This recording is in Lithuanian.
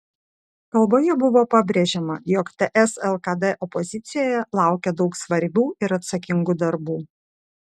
kalboje buvo pabrėžiama jog ts lkd opozicijoje laukia daug svarbių ir atsakingų darbų